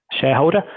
shareholder